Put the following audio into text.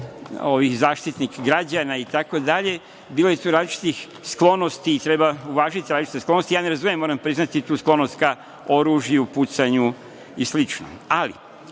ovih zaštitnika građana itd, bilo je tu različitih sklonosti, treba uvažiti različite sklonosti. Ja ne razumem, moram priznati, tu sklonost ka oružju, pucanju i slično.